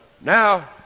Now